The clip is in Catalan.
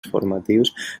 formatius